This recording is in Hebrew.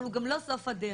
אבל הוא גם לא סוף הדרך.